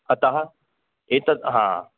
अतः एतद् हा